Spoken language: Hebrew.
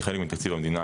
כחלק מתקציב המדינה,